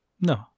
No